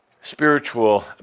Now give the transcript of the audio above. spiritual